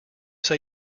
say